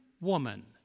woman